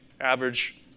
average